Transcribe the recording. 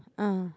ah